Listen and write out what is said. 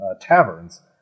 taverns